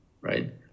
right